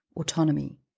autonomy